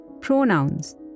Pronouns